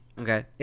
Okay